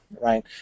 right